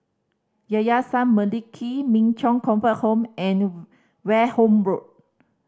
Yayasan Mendaki Min Chong Comfort Home and Wareham Road